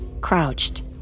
crouched